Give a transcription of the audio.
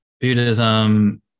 buddhism